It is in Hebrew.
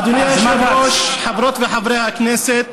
אדוני היושב-ראש, חברות וחברי הכנסת,